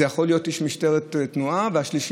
זה יכול להיות איש משטרת התנועה והשלישי